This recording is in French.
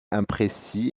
imprécis